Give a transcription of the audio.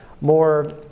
more